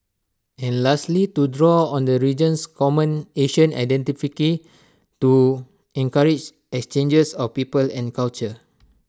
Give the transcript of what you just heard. and lastly to draw on the region's common Asian identity to encourage exchanges of people and culture